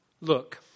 Look